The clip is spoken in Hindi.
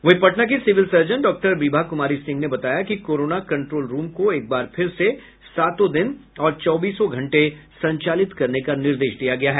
वहीं पटना की civil surgeon doctor Vibha Kumari Singh ने बताया कि कोरोना कन्ट्रोल रूम को एक बार फिर से सातों दिन और चौबीसों घंटे संचालित करने का निर्देश दिया गया है